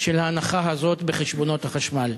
של ההנחה הזאת בחשבונות החשמל.